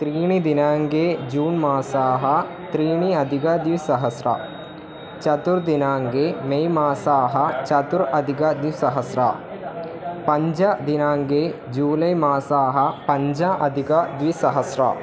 त्रीणि दिनाङ्के जून् मासः त्रीणि अधिकद्विसहस्रं चतुर्दिनाङ्के मे मासः चतुरधिकद्विसहस्रं पञ्च दिनाङ्के जूलै मासः पञ्चाधिकद्विसहस्रम्